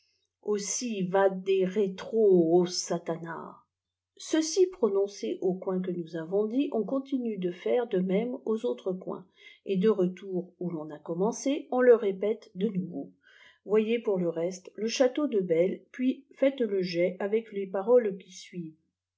aussi vade rétro satanas ceci prononcé au coin que nous avons dit on continue de faire de même aux autres coins et de retour où l'on a commencé on le répéta de nouveau voyez pour le reste le château de belle puis faites le jet avec leô paroles qui suivent